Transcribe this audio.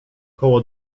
koło